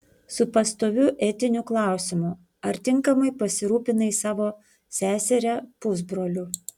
su pastoviu etiniu klausimu ar tinkamai pasirūpinai savo seseria pusbroliu